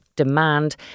demand